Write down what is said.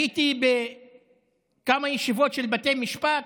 הייתי בכמה ישיבות של בתי משפט,